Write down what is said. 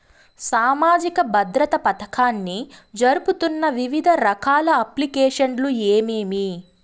సామాజిక భద్రత పథకాన్ని జరుపుతున్న వివిధ రకాల అప్లికేషన్లు ఏమేమి?